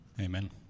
amen